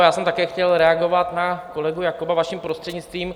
Já jsem také chtěl reagovat na kolegu Jakoba, vaším prostřednictvím.